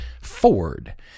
Ford